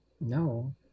no